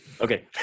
Okay